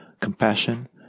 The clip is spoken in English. compassion